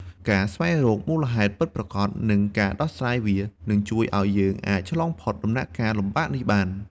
ការស្វែងរកមូលហេតុពិតប្រាកដ និងការដោះស្រាយវា នឹងជួយឲ្យយើងអាចឆ្លងផុតដំណាក់កាលលំបាកនេះបាន។